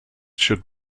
should